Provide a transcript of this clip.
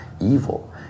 evil